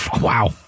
Wow